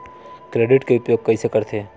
Credit के उपयोग कइसे करथे?